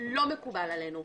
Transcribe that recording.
לא מקובל עלינו.